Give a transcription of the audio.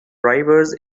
drivers